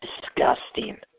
disgusting